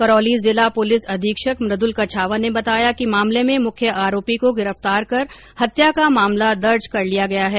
करोली जिला पुलिस अधीक्षक मृदुल कच्छावा ने बताया कि मामले में मुख्य आरोपी को गिरफ़्तार कर हत्या का मामला दर्ज कर लिया गया है